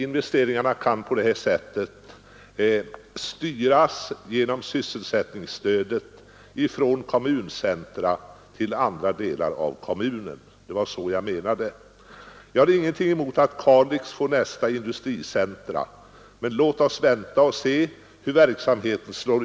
Investeringarna kan på detta sätt styras genom sysselsättningsstöd från kommuncentra till andra delar av kommunen. Jag har ingenting emot att Kalix får nästa industricentrum, men låt oss vänta och se vilket utslag verksamheten ger.